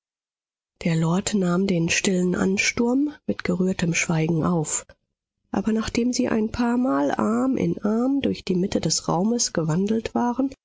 der lord nahm den stillen ansturm mit gerührtem schweigen auf aber nachdem sie ein paarmal arm in arm durch die mitte des raumes gewandelt waren